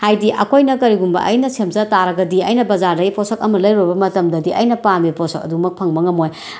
ꯍꯥꯏꯗꯤ ꯑꯩꯈꯣꯏꯅ ꯀꯔꯤꯒꯨꯝꯕ ꯑꯩꯅ ꯁꯦꯝꯖꯕ ꯇꯥꯔꯒꯗꯤ ꯑꯩꯅ ꯕꯖꯥꯔꯗꯒꯤ ꯄꯣꯠꯁꯛ ꯑꯃ ꯂꯩꯔꯨꯔꯕ ꯃꯇꯝꯗꯗꯤ ꯑꯩꯅ ꯄꯥꯝꯃꯤꯕ ꯄꯣꯠꯁꯛ ꯑꯗꯨꯃꯛ ꯐꯪꯕ ꯉꯝꯃꯣꯏ